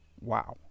wow